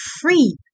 free